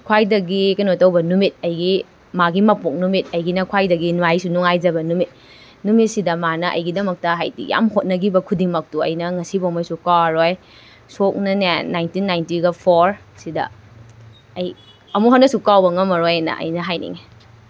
ꯈ꯭ꯋꯥꯏꯗꯒꯤ ꯀꯩꯅꯣ ꯇꯧꯕ ꯅꯨꯃꯤꯠ ꯑꯩꯒꯤ ꯃꯥꯒꯤ ꯃꯄꯣꯛ ꯅꯨꯃꯤꯠ ꯑꯩꯒꯤꯅ ꯈ꯭ꯋꯥꯏꯗꯒꯤ ꯅꯨꯡꯉꯥꯏꯁꯨ ꯅꯨꯡꯉꯥꯏꯖꯕ ꯅꯨꯃꯤꯠ ꯅꯨꯃꯤꯠꯁꯤꯗ ꯃꯥꯅ ꯑꯩꯒꯤꯗꯃꯛꯇꯗ ꯍꯥꯏꯗꯤ ꯌꯥꯝ ꯍꯣꯠꯅꯈꯤꯕ ꯈꯨꯗꯤꯡꯃꯛꯇꯨ ꯑꯩꯅ ꯉꯁꯤꯐꯥꯎꯉꯩꯁꯨ ꯀꯥꯎꯔꯔꯣꯏ ꯁꯣꯛꯅꯅꯦ ꯅꯥꯏꯟꯇꯤꯟ ꯅꯥꯏꯟꯇꯤꯒ ꯐꯣꯔ ꯁꯤꯗ ꯑꯩ ꯑꯃꯨꯛ ꯍꯟꯅꯁꯨ ꯀꯥꯎꯕ ꯉꯝꯃꯔꯣꯏ ꯑꯅ ꯑꯩꯅ ꯍꯥꯏꯅꯤꯡꯉꯤ